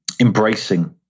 embracing